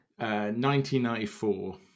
1994